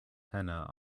henna